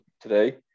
today